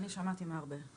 אני שמעתי מהרבה.